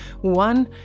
one